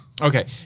Okay